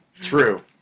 true